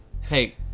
hey